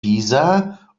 pisa